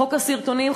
חוק הסרטונים,